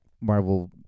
Marvel